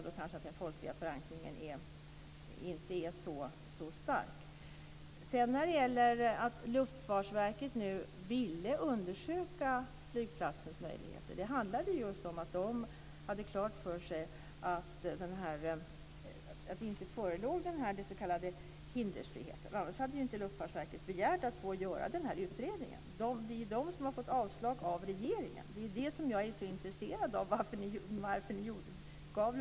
Den folkliga opinionen mot flygplatsen är nog inte så stark. Luftfartsverket ville undersöka flygplatsens möjligheter. Det handlade just om att verket hade klart för sig att den s.k. hindersfriheten förelåg. Annars hade ju inte Luftfartsverket begärt att få göra utredningen! Det är ju verket som har fått avslag av regeringen. Det är det här som jag är så intresserad av.